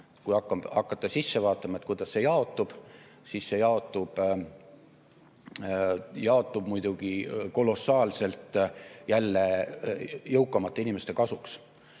Kui hakata sisse vaatama, kuidas see jaotub, siis see jaotub muidugi kolossaalselt jälle jõukamate inimeste kasuks.